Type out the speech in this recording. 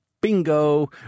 bingo